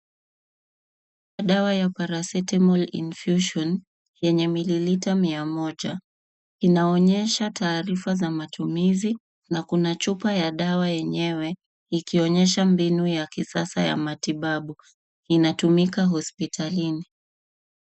Dawa ya paracetamol infusion yenye mililita mia moja inaonyesha taarifa za matumizi na kuna chupa ya dawa yenyewe ikionyesha mbinu ya kisasa ya matibabu. Inatumika hospitalini.